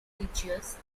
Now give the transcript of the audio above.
religious